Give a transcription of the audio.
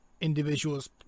individual's